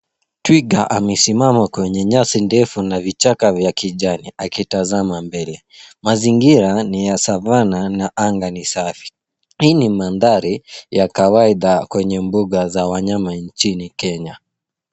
Twiga amesimama kwenye nyasi ndefu na vichaka vya kijani akitazama mbele. Mazingira ni ya Savana na anga ni safi . Hii ni mandhari ya kawaida kwenye mbuga za wanyama nchini Kenya.